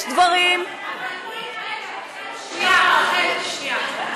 יש דברים, שנייה, רחל, שנייה.